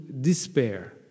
despair